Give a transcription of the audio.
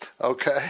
okay